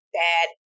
bad